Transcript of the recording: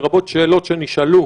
לרבות שאלות שנשאלו